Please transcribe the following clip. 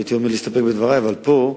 הייתי מציע להסתפק בדברי, אבל פה,